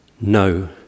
no